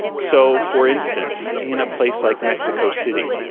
so, for instance, in a place like mexico city,